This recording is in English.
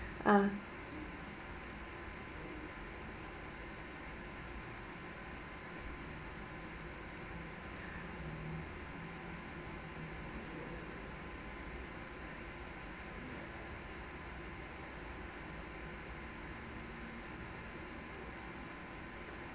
err